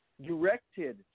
directed